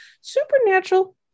supernatural